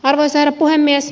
arvoisa herra puhemies